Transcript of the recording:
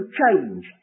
change